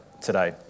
today